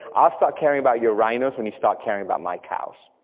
ah start caring about your rhinos when you start caring about my cows.